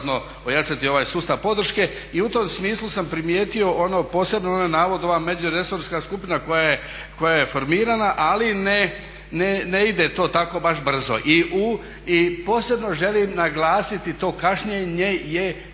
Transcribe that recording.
ojačati ovaj sustav podrške. I u tom smislu sam primijetio onaj posebno navod ova međuresorska skupina koja je formirana ali ne ide to tako baš brzo. I posebno želim naglasiti to kašnjenje je